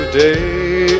Today